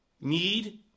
Need